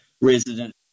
resident